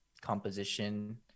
composition